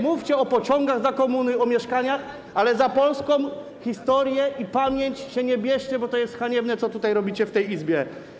Mówcie o pociągach za komuny, o mieszkaniach, ale za polską historię i pamięć się nie bierzcie, bo to jest haniebne, co robicie w tej Izbie.